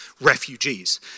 refugees